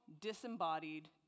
disembodied